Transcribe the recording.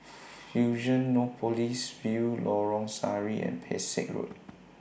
Fusionopolis View Lorong Sari and Pesek Road